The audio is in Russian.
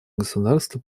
государства